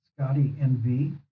scottynv